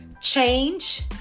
Change